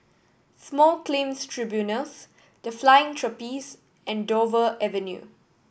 Small Claims Tribunals The Flying Trapeze and Dover Avenue